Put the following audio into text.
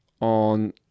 on